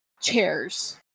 chairs